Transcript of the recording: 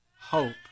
hope